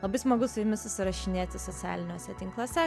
labai smagu su jumis susirašinėti socialiniuose tinkluose